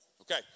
Okay